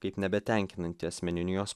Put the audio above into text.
kaip nebetenkinantį asmeninių jos